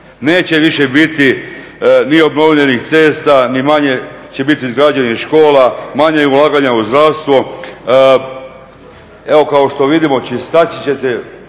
Neće više biti ni obnovljenih cesta, i manje će biti izgrađenih škola, manje ulaganja u zdravstvo. Evo kao što vidimo čistačice